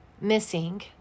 missing